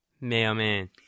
Mailman